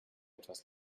etwas